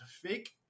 fake